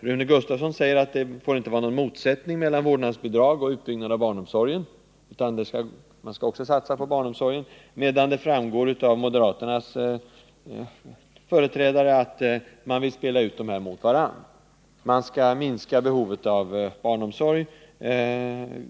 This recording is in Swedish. Rune Gustavsson säger att det inte får vara någon motsättning mellan vårdnadsbidrag och utbyggnad av barnomsorgen utan man skall satsa också på barnomsorgen — medan det framgår av uttalanden från moderaternas företrädare att man vill spela ut dessa saker mot varandra. Behovet av barnomsorg skall minskas genom vårdnadsbidraget, anser moderaterna.